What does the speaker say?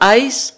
ice